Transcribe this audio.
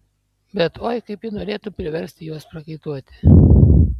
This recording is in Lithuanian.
bet oi kaip ji norėtų priversti juos prakaituoti